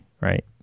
right